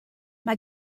mae